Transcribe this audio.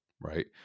right